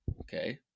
Okay